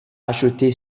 acheté